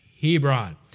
Hebron